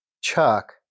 Chuck